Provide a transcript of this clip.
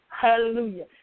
Hallelujah